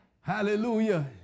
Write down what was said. Hallelujah